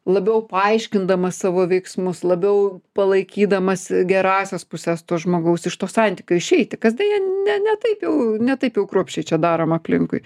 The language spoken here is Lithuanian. labiau paaiškindamas savo veiksmus labiau palaikydamas gerąsias puses to žmogaus iš to santykio išeiti kas deja ne ne taip jau ne taip jau kruopščiai čia daroma aplinkui